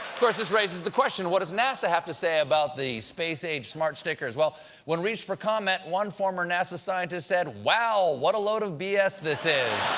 course, this raises the question, what does nasa have to say about the space-age smart stickers? when reached for comment, one former nasa scientist said, wow. what a load of b s. this is.